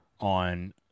on